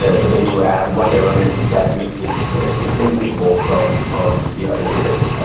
ah but then you add one element that makes it distinguishable from from the other years,